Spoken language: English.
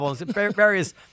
various